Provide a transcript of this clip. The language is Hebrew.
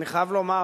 אני חייב לומר,